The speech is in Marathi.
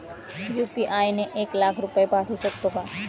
यु.पी.आय ने एक लाख रुपये पाठवू शकतो का?